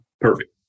Perfect